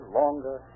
longer